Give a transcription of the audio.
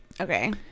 Okay